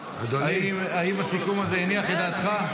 האם הסיכום הזה הניח את דעתך?